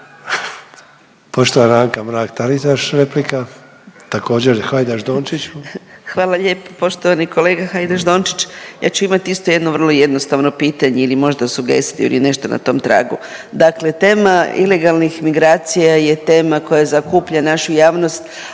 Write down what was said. Poštovana Anka Mrak-Taritaš, replika, također, Hajdaš Dončiću. **Mrak-Taritaš, Anka (GLAS)** Hvala lijepo. Poštovani kolega Hajdaš Dončić. Ja ću imati isto jedno vrlo jednostavno pitanje ili možda sugestiju ili nešto na tom tragu. Dakle tema ilegalnih migracija je tema koja zakuplja našu javnost,